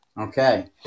Okay